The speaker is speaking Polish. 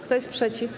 Kto jest przeciw?